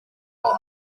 while